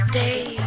day